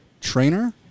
trainer